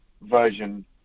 version